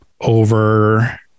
over